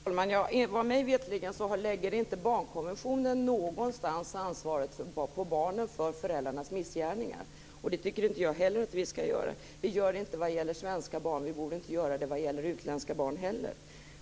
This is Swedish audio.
Fru talman! Mig veterligen lägger inte barnkonventionen någonstans ansvaret på barnen för föräldrarnas missgärningar. Det tycker inte jag heller att vi skall göra. Det gör vi inte vad gäller svenska barn, och vi borde inte göra det vad gäller utländska barn heller.